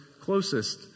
closest